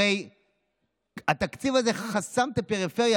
הרי התקציב הזה חסם את הפריפריה.